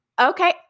Okay